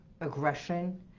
aggression